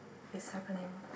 is happening